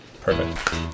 Perfect